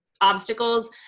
obstacles